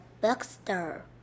bookstore